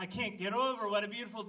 i can't get over what a beautiful